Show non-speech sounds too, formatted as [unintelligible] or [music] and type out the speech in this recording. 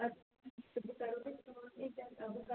[unintelligible]